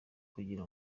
kugira